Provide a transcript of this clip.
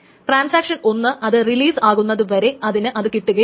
transaction 1 അത് release ആക്കുന്നതുവരെ അതിന് അത് കിട്ടില്ല